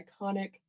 iconic